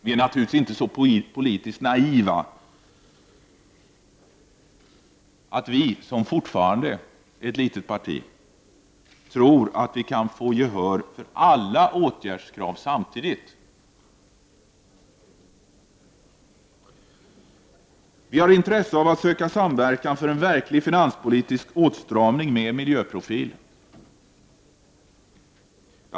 Vi är naturligtvis inte så politiskt naiva att vi, som fortfarande är ett litet parti, tror att vi kan få gehör för alla åtgärdskrav samtidigt. Vi har intresse av att söka samverkan för en verklig finanspolitisk åtstramning med miljöprofil.